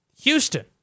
Houston